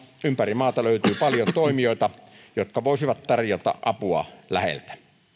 ympäri maata löytyy paljon toimijoita jotka voisivat tarjota apua